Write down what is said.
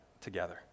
together